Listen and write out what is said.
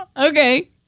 Okay